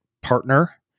partner